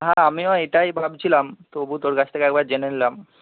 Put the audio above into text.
হ্যাঁ আমিও এটাই ভাবছিলাম তবু তোর কাছ থেকে একবার জেনে নিলাম